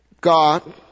God